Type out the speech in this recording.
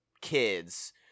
kids